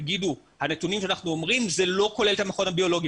תגידו: הנתונים שאנחנו אומרים זה לא כולל את המכון הביולוגי,